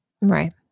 Right